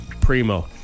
Primo